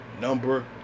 number